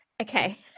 Okay